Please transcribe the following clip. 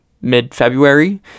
mid-February